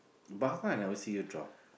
but how come I never see you draw